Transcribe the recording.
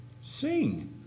sing